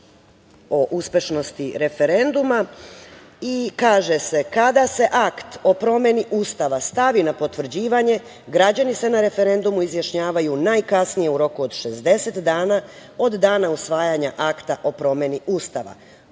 o uspešnosti referenduma i kaže se: „Kada se akt o promeni Ustava stavi na potvrđivanje, građani se na referendumu izjašnjavaju najkasnije u roku od 60 dana od dana usvajanja akta o promeni Ustava.